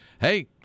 hey